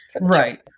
Right